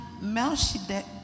Melchizedek